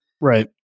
right